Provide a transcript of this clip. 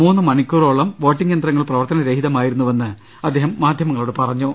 മൂന്ന് മണിക്കൂറോളം വോട്ടിങ് യന്ത്രങ്ങൾ പ്രവർത്തന രഹിതമായിരുന്നുവെന്ന് അദ്ദേഹം മാധ്യമങ്ങളോട് പറ ഞ്ഞു